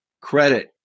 credit